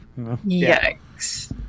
Yikes